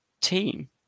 team